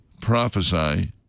prophesy